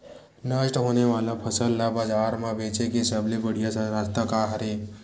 नष्ट होने वाला फसल ला बाजार मा बेचे के सबले बढ़िया रास्ता का हरे?